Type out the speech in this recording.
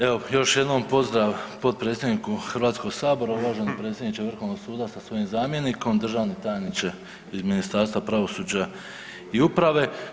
Evo još jednom pozdrav potpredsjedniku HS, uvaženi predsjedniče vrhovnog suda sa svojim zamjenikom, državni tajniče iz Ministarstva pravosuđa i uprave.